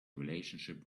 relationship